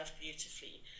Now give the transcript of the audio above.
beautifully